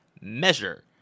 measure